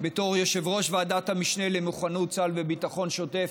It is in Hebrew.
בתור יושב-ראש ועדת המשנה למוכנות צה"ל בביטחון שוטף,